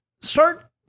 start